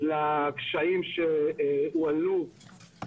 לדעות הללו.